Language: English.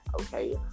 okay